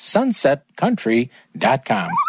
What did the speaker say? sunsetcountry.com